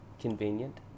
convenient